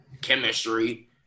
chemistry